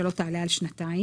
שלא תעלה על שנתיים.